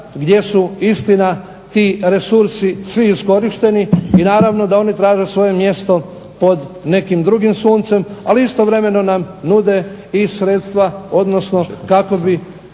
gdje su istina ti resursi svi iskorišteni. I naravno da oni traže svoje mjesto pod nekim drugim suncem, ali istovremeno nam nude i sredstva, odnosno kako bi